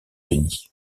unis